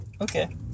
Okay